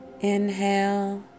Inhale